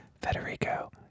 Federico